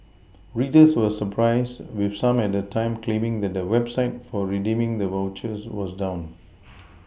readers were surprised with some at the time claiming that the website for redeeming the vouchers was down